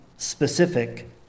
Specific